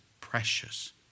precious